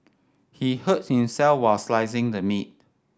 he hurt himself while slicing the meat